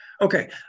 okay